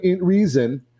reason